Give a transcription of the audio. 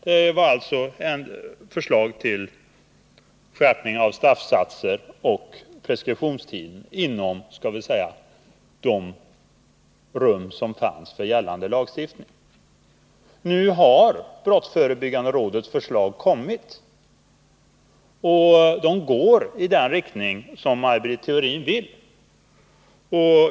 Det gällde här förslag om skärpning beträffande straffsatserna och preskriptionstiden inom den gällande lagstiftningen. Nu har det brottsförebyggande rådets förslag lagts fram och de går i den riktning som Maj Britt Theorin önskar.